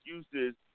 excuses